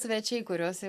svečiai kuriuos jau